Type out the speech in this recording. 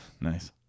Nice